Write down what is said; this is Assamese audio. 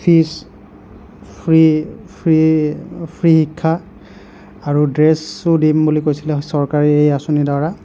ফিজ ফ্ৰী ফ্ৰী ফ্ৰী শিক্ষা আৰু দ্ৰেছো দিম বুলি কৈছিলে চৰকাৰে এই আঁচনিৰ দ্বাৰা